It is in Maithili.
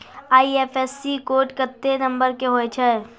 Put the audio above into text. आई.एफ.एस.सी कोड केत्ते नंबर के होय छै